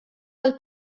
del